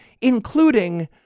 including